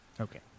Okay